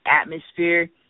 atmosphere